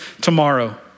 tomorrow